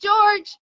George